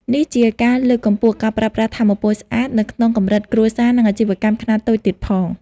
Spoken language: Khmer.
នេះជាការលើកកម្ពស់ ការប្រើប្រាស់ថាមពលស្អាតនៅក្នុងកម្រិតគ្រួសារ និងអាជីវកម្មខ្នាតតូចទៀតផង។